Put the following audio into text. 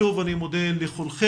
שוב, אני מודה לכולכם.